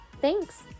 Thanks